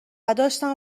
داشتم